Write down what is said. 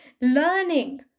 learning